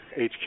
HQ